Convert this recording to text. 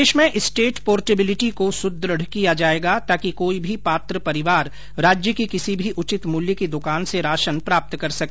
प्रदेश में state portability को सुदुढ़ किया जाएगा ताकि कोई भी पात्र परिवार राज्य की किसी भी उचित मुल्य की दुकान से राशन प्राप्त कर सके